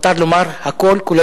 מותר לומר הכול,